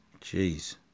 Jeez